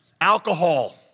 alcohol